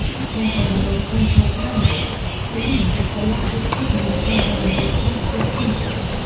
central and north-central kansas salina is the largest city in central and north-central kansas.